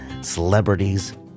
celebrities